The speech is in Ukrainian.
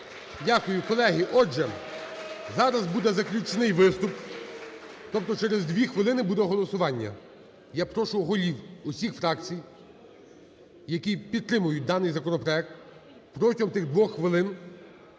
Дякую. Колеги, отже, зараз буде заключний виступ. Тобто через 2 хвилини буде голосування. Я прошу голів всіх фракцій, які підтримують даний законопроект, протягом тих 2 хвилин